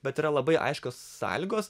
bet yra labai aiškios sąlygos